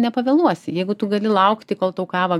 nepavėluosi jeigu tu gali laukti kol tau kavą